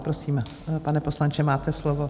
Prosím, pane poslanče, máte slovo.